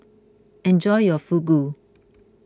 enjoy your Fugu